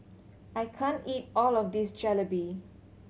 I can't eat all of this Jalebi